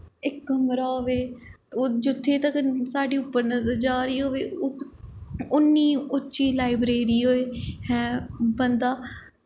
इक कमरा होऐ जित्थें तक्कर साढ़ी उप्पर नज़र जा दी होऐ उन्नी उच्ची लाईब्रेरी होऐ हैं बंदा